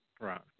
right